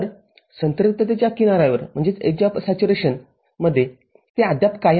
तर संपृक्ततेच्या किनाऱ्यावर ते अद्याप कायम आहे बरोबर